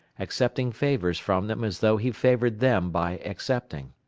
accepting favors from them as though he favored them by accepting.